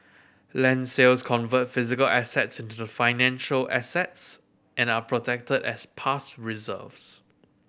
land sales convert physical assets into financial assets and are protected as past reserves